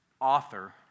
author